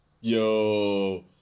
yo